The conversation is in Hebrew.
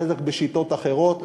חלק שיטות אחרות,